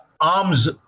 arms